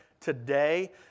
Today